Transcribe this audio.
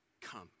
come